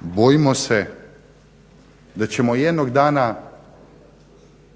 Bojimo se da ćemo jednog dana